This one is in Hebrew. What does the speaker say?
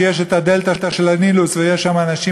שיש את הדלתא של הנילוס ויש שם אנשים